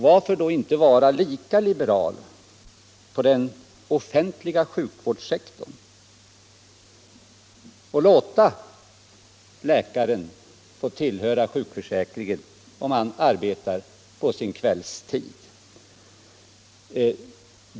Varför kan man då inte vara lika liberal på den offentliga sjukvårdssektorn och tillåta läkaren att tillhöra sjukförsäkringen om han arbetar på sin kvällstid?